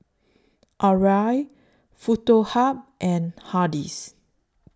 Arai Foto Hub and Hardy's